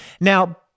now